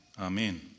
Amen